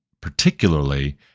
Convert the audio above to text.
particularly